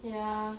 ya